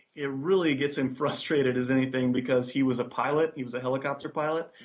it really gets him frustrated as anything because he was a pilot, he was a helicopter pilot,